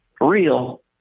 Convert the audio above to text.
real